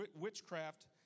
witchcraft